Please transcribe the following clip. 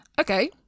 okay